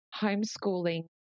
homeschooling